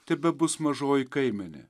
tebebus mažoji kaimenė